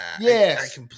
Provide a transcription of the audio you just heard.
Yes